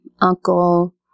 uncle